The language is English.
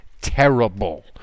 terrible